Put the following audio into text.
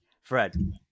Fred